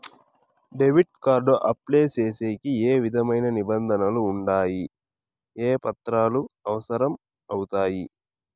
Debit card apply సేసేకి ఏ విధమైన నిబంధనలు ఉండాయి? ఏ పత్రాలు అవసరం అవుతాయి?